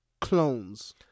clones